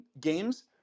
games